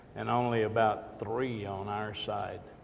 and only about three on our side.